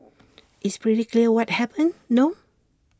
it's pretty clear what happened no